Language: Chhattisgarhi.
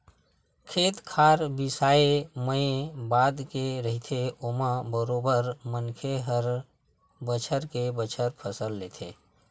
खेत खार बिसाए मए बात के रहिथे ओमा बरोबर मनखे ह बछर के बछर फसल लेथे